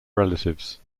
relatives